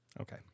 Okay